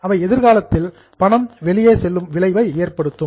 அவை எதிர்காலத்தில் பணம் அவுட்ஃப்லோ வெளியே செல்லும் விளைவை ஏற்படுத்தும்